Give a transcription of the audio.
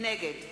נגד